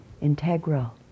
integral